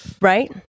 Right